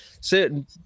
certain